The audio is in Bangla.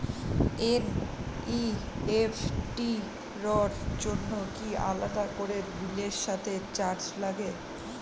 এন.ই.এফ.টি র জন্য কি আলাদা করে বিলের সাথে চার্জ লাগে?